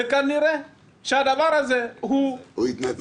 וכנראה שהדבר הזה הוא --- הוא התנצל.